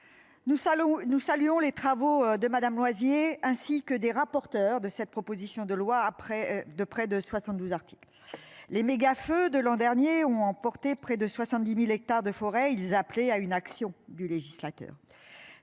nous saluons les travaux de Madame Loisier ainsi que des rapporteur de cette proposition de loi après de près de 72 articles. Les méga feux de l'an dernier ont emporté près de 70.000 hectares de forêt, ils appelaient à une action du législateur